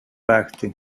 party